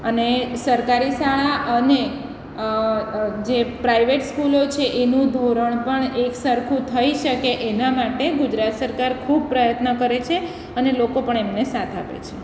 અને સરકારી શાળા અને જે પ્રાઇવેટ સ્કૂલો છે એનું ધોરણ પણ એકસરખું થઈ શકે એના માટે ગુજરાત સરકાર ખૂબ પ્રયત્ન કરે છે અને લોકો પણ એમને સાથ આપે છે